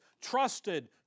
trusted